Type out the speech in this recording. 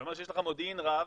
אתה אומר שיש לך מודיעין רב,